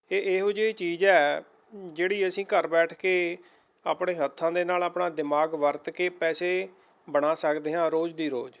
ਇਹ ਇਹੋ ਜਿਹੀ ਚੀਜ਼ ਹੈ ਜਿਹੜੀ ਅਸੀਂ ਘਰ ਬੈਠ ਕੇ ਆਪਣੇ ਹੱਥਾਂ ਦੇ ਨਾਲ਼ ਆਪਣਾ ਦਿਮਾਗ ਵਰਤ ਕੇ ਪੈਸੇ ਬਣਾ ਸਕਦੇ ਹਾਂ ਰੋਜ਼ ਦੀ ਰੋਜ਼